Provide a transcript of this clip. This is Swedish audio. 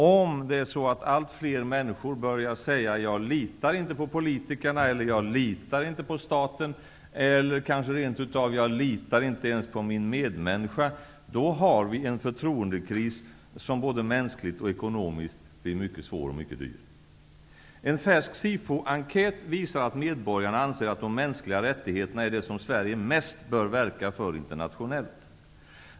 Om allt fler människor börjar säga ''jag litar inte på politikerna, jag litar inte på staten'', eller kanske rent av ''jag litar inte på min medmänniska'', då har vi en förtroendekris som både mänskligt och ekonomiskt blir mycket svår och mycket dyr. En färsk SIFO-enkät visar att medborgarna anser att de mänskliga rättigheterna är det som Sverige mest bör verka för internationellt.